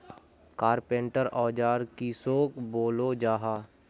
Carpenter औजार किसोक बोलो जाहा?